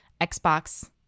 Xbox